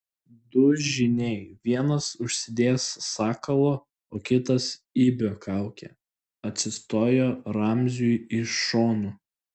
du žyniai vienas užsidėjęs sakalo o kitas ibio kaukę atsistojo ramziui iš šonų